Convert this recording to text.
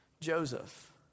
Joseph